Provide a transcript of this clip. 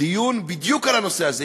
דיון בדיוק על הנושא הזה.